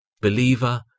Believer